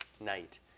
night